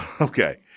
okay